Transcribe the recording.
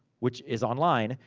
which is online,